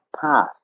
path